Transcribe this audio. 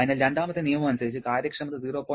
അതിനാൽ രണ്ടാമത്തെ നിയമം അനുസരിച്ച് കാര്യക്ഷമത 0